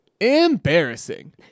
Embarrassing